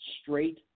straight